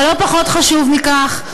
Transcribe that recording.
אבל לא פחות חשוב מכך,